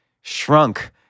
shrunk